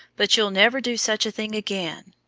but you'll never do such a thing again.